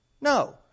No